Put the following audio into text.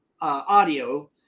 audio